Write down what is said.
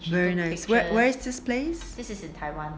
very nice where where is this place